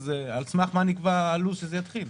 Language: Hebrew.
אז על סמך מה נקבע הלו"ז שזה יתחיל?